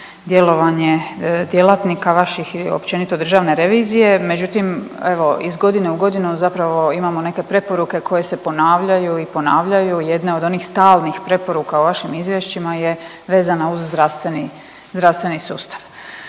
djelovanje djelatnika vaših i općenito Državne revizije, međutim evo iz godine u godinu zapravo imamo neke preporuke koje se ponavljaju i ponavljaju. Jedne od onih stalnih preporuka u vašim izvješćima je vezana uz zdravstveni sustav.